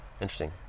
Interesting